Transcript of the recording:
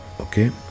Okay